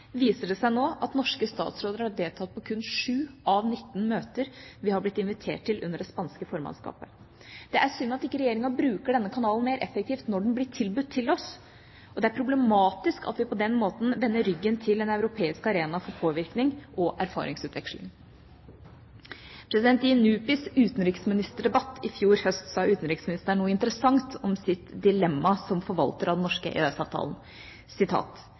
viser det seg nå at norske statsråder har deltatt på kun sju av 19 møter vi har blitt invitert til under det spanske formannskapet. Det er synd at ikke Regjeringa bruker denne kanalen mer effektivt når den blir tilbudt til oss, og det er problematisk at vi på den måten vender ryggen til en europeisk arena for påvirkning og erfaringsutveksling. I NUPIs utenriksministerdebatt i fjor høst sa utenriksministeren noe interessant om sitt dilemma som forvalter av den norske